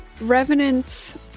revenants